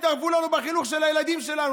לא רוצים שתתערבו לנו בחינוך של הילדים שלנו.